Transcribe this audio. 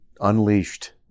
unleashed